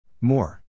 More